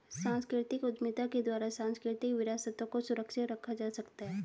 सांस्कृतिक उद्यमिता के द्वारा सांस्कृतिक विरासतों को सुरक्षित रखा जा सकता है